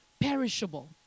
perishable